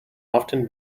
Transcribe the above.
often